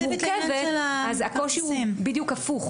אז הקושי הוא בדיוק הפוך